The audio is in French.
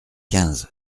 quinze